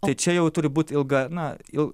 tai čia jau turi būt ilga na il